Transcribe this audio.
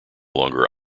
longer